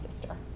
sister